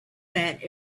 fat